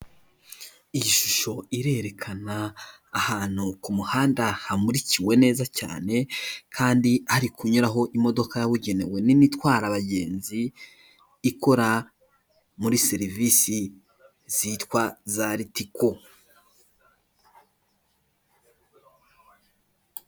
Iyi shusho irerekana ahantu ku muhanda hamurikiwe neza cyane, kandi hari kunyuraho imodoka yabugenewe nini itwara abagenzi ikora muri serivisi zitwa za ritiko.